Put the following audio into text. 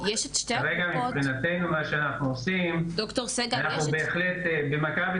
מה שאנחנו עושים במכבי,